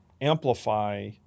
amplify